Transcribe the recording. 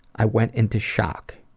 i went into shock.